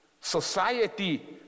society